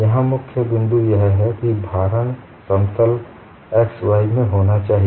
यहाँ मुख्य बिंदू यह है कि भारण समतल x y में होना चाहिए